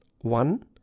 one